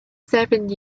seven